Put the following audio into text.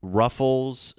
ruffles